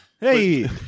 Hey